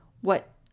What